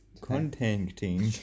Contacting